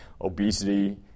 Obesity